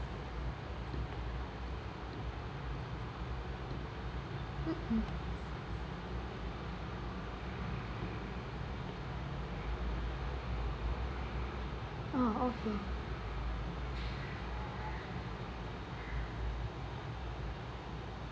mmhmm oh okay